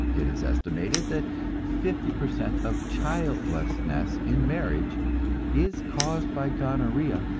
it is estimated that fifty per cent of childlessness in marriage is caused by gonorrhea,